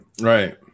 Right